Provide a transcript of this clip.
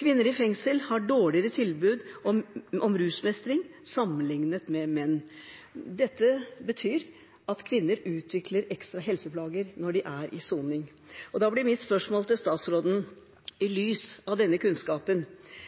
Kvinner i fengsel har dårligere tilbud om rusmestring sammenlignet med menn.» Dette betyr at kvinner utvikler ekstraplager når de er i soning. Da blir mitt spørsmål til statsråden: